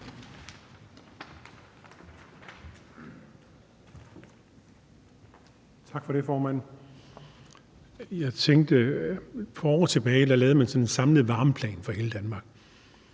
Tak for det, formand. For år tilbage lavede man en samlet varmeplan for hele Danmark.